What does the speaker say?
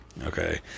okay